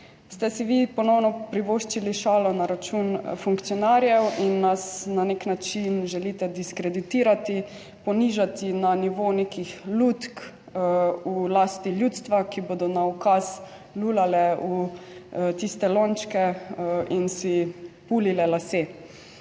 ste si vi ponovno privoščili šalo na račun funkcionarjev in nas na nek način želite diskreditirati, ponižati na nivo nekih lutk. V lasti ljudstva, ki bodo na ukaz lulale v tiste lončke in si pulile lase.